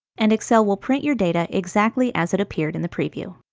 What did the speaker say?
and excel will print your data exactly as it appeared in the preview.